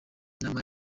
inama